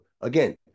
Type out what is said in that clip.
again